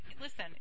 listen